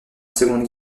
seconde